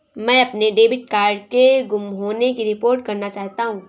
मैं अपने debit card के गुम होने की रिपोर्ट करना चाहता हूँ